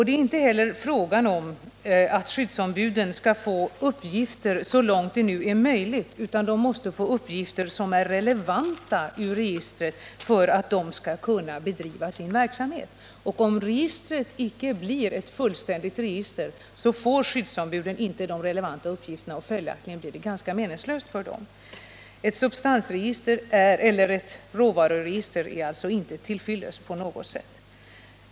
Det är inte heller meningen att skyddsombuden skall få uppgifter ur registret så långt det nu är möjligt, utan att de måste få sådana uppgifter som är relevanta för att de skall kunna bedriva sin verksamhet. Men om registret icke blir ett fullständigt register, får skyddsombuden inte de relevanta uppgifterna, och följaktligen blir det då ganska meningslöst för dem. Ett substansregister eller ett råvaruregister är alltså inte till fyllest på något sätt.